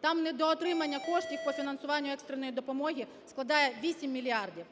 Там недоотримання коштів по фінансуванню екстреної допомоги складає 8 мільярдів.